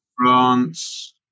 France